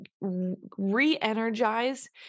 re-energize